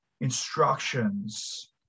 instructions